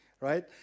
right